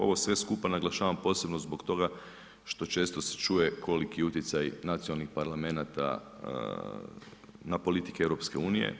Ovo sve skupa naglašavam posebno zbog toga što se često čuje koliki utjecaj nacionalnih parlamenata na politike EU.